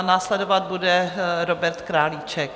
Následovat bude Robert Králíček.